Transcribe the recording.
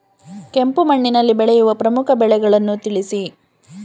ಕೆಂಪು ಮಣ್ಣಿನಲ್ಲಿ ಬೆಳೆಯುವ ಪ್ರಮುಖ ಬೆಳೆಗಳನ್ನು ತಿಳಿಸಿ?